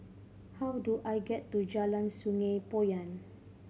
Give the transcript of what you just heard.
how do I get to Jalan Sungei Poyan